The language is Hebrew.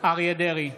אריה מכלוף דרעי,